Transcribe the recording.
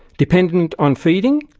dependent on feeding?